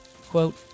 Quote